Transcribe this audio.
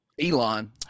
Elon